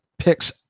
picks